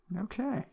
okay